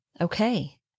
Okay